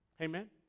Amen